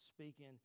speaking